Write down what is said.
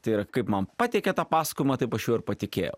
tai yra kaip man pateikė tą pasakojimą taip aš juo ir patikėjau